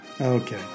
Okay